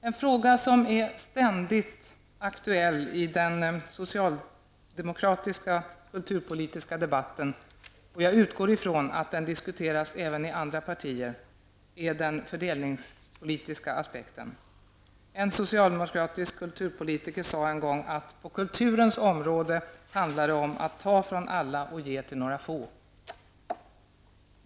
En fråga som ständigt är aktuell i den socialdemokratiska kulturpolitiska debatten, och jag utgår ifrån att den diskuteras även i andra partier, är den fördelningspolitiska aspekten. En socialdemokratisk kulturpolitiker sade en gång att på kulturens område handlar det om att ta från alla och ge till några få.